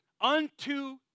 Unto